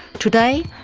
today,